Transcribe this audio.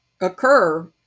occur